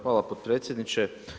Hvala potpredsjedniče.